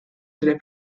tres